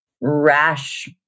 rash